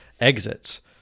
exits